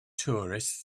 tourists